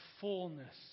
fullness